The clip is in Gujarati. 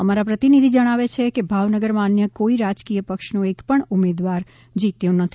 અમારા પ્રતિનિધિ જણાવે છે કે ભાવનગર માં અન્ય કોઈ રાજકીય પક્ષ નો એકપણ ઉમેદવાર જીત્યો નથી